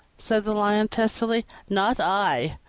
said the lion testily not i!